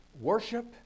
worship